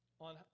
On